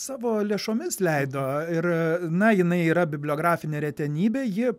savo lėšomis leido ir na jinai yra bibliografinė retenybė ji